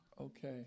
Okay